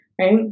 right